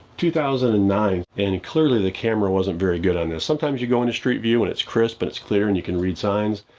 two thousand and nine and clearly the camera wasn't very good on this. sometimes you go into street view and it's crisp, and it's clear and you can read signs.